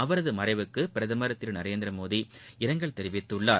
அவரது மறைவுக்கு பிரதமர் திரு நரேந்திரமோடி இரங்கல் தெரிவித்துள்ளார்